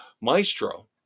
Maestro